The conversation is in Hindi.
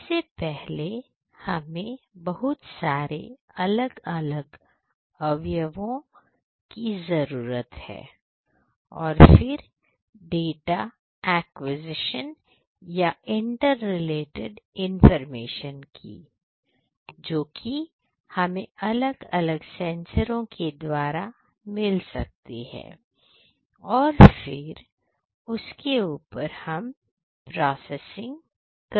सबसे पहले हमें बहुत सारे अलग अलग अवयवों की जरूरत है और फिर डाटा एक्विजिशन की जो कि हमें अलग अलग सेंसरो के द्वारा मिल सकती है और फिर उसके ऊपर हम प्रोसेसिंग कर सकते हैं